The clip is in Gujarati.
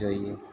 જોઈએ